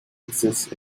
exists